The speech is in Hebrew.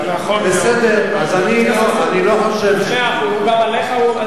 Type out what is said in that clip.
הוא דיבר עליך,